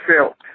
felt